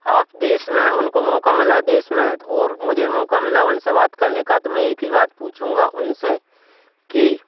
आप देश में उनको मौका मिला देश में और मुझे मौका मिला उनसे बात करने का तो मैं एक ही बात पूछूँगा उनसे कि